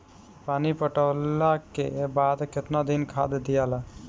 पानी पटवला के बाद केतना दिन खाद दियाला?